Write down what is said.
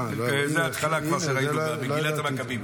זאת ההתחלה, כבר ראינו, מגילת המקבים.